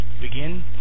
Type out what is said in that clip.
begin